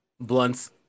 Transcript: blunts